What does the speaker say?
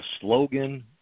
slogan